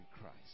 Christ